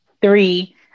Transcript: three